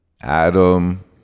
Adam